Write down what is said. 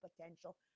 potential